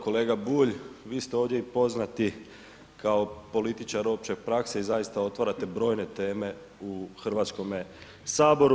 Kolega Bulj vi ste ovdje i poznati kao političar opće prakse i zaista otvarate brojne teme u Hrvatskome saboru.